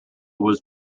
was